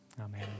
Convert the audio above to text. amen